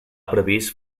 previst